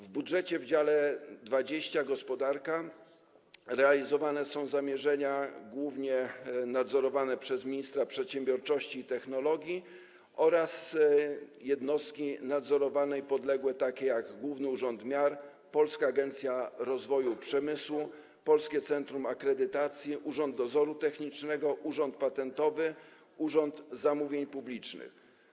W budżecie w dziale 20: Gospodarka realizowane są zamierzenia nadzorowane głównie przez ministra przedsiębiorczości i technologii oraz jednostki nadzorowane i podległe, takie jak: Główny Urząd Miar, Polska Agencja Rozwoju Przemysłu, Polskie Centrum Akredytacji, Urząd Dozoru Technicznego, Urząd Patentowy i Urząd Zamówień Publicznych.